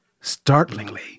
Startlingly